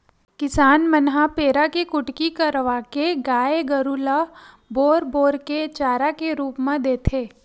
किसान मन ह पेरा के कुटी करवाके गाय गरु ल बोर बोर के चारा के रुप म देथे